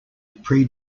pre